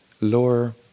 lower